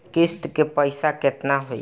किस्त के पईसा केतना होई?